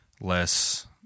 Less